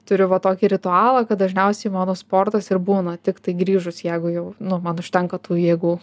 turiu va tokį ritualą kad dažniausiai mano sportas ir būna tiktai grįžus jeigu jau nu man užtenka tų jėgų